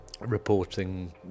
Reporting